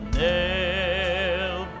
nail